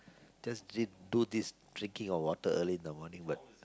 just drink do this drinking of water early in the morning